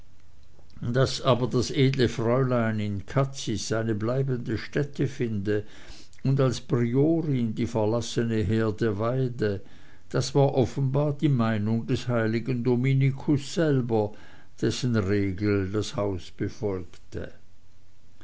daß aber das edle fräulein in cazis eine bleibende stätte finde und als priorin die verlassene herde weide das war offenbar die meinung des heiligen dominikus selber dessen regel das haus befolgte